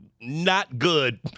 not-good